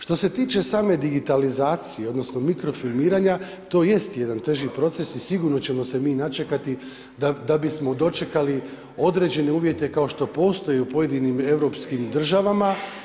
Što se tiče same digitalizacije, odnosno mikrofilmiranja to jest jedan teži proces i sigurno ćemo se mi načekati da bismo dočekali određene uvjete kao što postoje u pojedinim europskim državama.